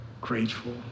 grateful